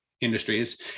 industries